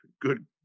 good